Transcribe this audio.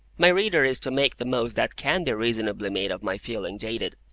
my reader is to make the most that can be reasonably made of my feeling jaded,